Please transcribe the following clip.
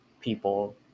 people